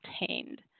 obtained